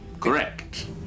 Correct